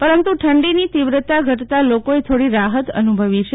પરત્ ઠડીની તીવ્રતા ઘટતાં લોકોએ થોડી રાહત અનુભવી છ